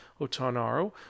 Otonaro